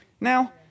Now